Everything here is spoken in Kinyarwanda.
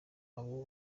abo